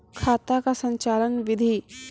खाता का संचालन बिधि?